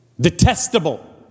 Detestable